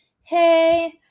hey